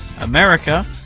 America